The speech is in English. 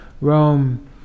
Rome